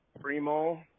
Primo